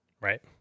Right